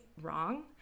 wrong